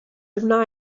wna